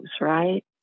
right